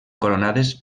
coronades